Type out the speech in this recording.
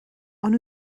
ond